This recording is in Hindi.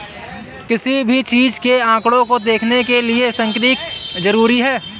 किसी भी चीज के आंकडों को देखने के लिये सांख्यिकी जरूरी हैं